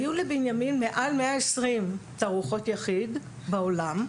היו לבנימין מעל 120 תערוכות יחיד בעולם,